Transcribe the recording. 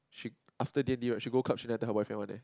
she after D-and-D she go club she never tell her boyfriend one eh